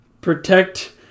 Protect